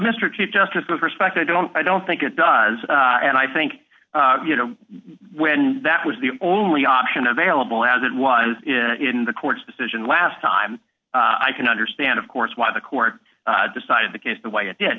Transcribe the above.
mr chief justice of respect i don't i don't think it does and i think you know when that was the only option available as it was in the court's decision last time i can understand of course why the court decided the case the way it did